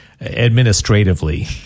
administratively